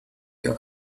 your